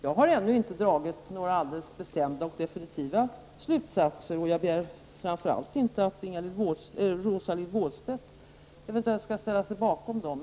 Jag har ännu inte dragit några alldeles bestämda och definitiva slutsatser, och jag begär framför allt inte att Rosa-Lill Wåhlstedt eventuellt skall ställa sig bakom dem.